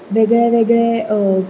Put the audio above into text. वेगळे वेगळे